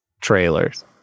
trailers